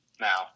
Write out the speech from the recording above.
now